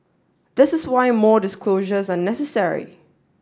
this is why more disclosures are necessary